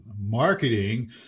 marketing